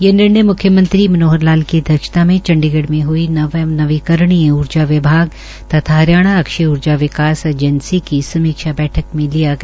ये निर्णय म्ख्यमंत्री मनोहर लाल की अध्यक्षता में चंडीगढ़ में हुई नव एवं नवीकरणीय ऊर्जा विभाग तथा हरियाणा अक्षय ऊर्जा विकास एजेन्सी की समीक्षा बैठक में लिया गया